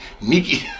Nikki